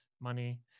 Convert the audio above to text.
money